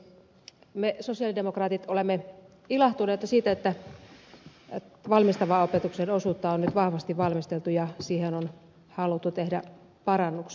me sosialidemokraatit olemme ilahtuneita siitä että valmistavan opetuksen osuutta on nyt vahvasti valmisteltu ja siihen on haluttu tehdä parannuksia